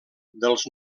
dels